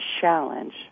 challenge